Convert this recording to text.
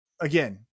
again